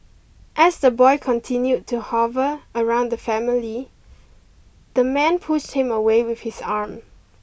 as the boy continued to hover around the family the man pushed him away with his arm